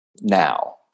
now